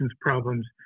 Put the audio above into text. problems